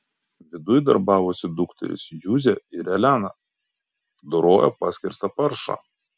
viduj darbavosi dukterys juzė ir elena dorojo paskerstą paršą